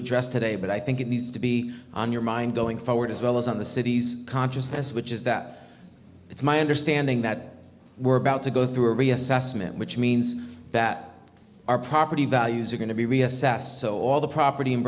address today but i think it needs to be on your mind going forward as well as on the city's consciousness which is that it's my understanding that we're about to go through a reassessment which means that our property values are going to be reassessed so all the property in